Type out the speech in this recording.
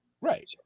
Right